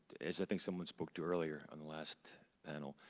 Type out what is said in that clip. as i think someone spoke to earlier on the last panel.